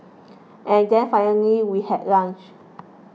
and then finally we had lunch